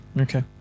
Okay